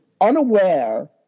unaware